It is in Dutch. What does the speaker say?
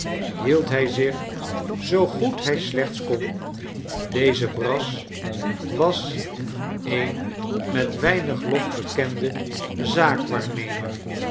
hield hij zich zoo goed hij slechts kon deze brass was een met weinig lof bekende zaakwaarnemer